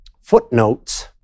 footnotes